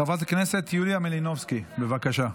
חברת הכנסת יוליה מלינובסקי, בבקשה.